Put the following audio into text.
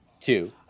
Two